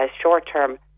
short-term